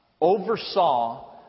oversaw